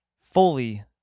fully